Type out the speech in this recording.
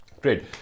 Great